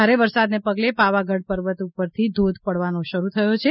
ભારે વરસાદને પગલે પાવાગઢ પર્વત ઉપર થી ધોધ પડવો શરૂ થયો છે